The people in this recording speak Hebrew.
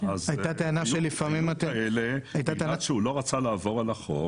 היו מקרים שבגלל שהוא לא רצה לעבור על החוק